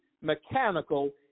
mechanical